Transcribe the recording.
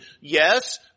yes